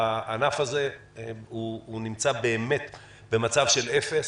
הענף הזה נמצא באמת במצב של אפס.